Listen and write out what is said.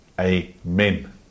Amen